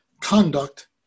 conduct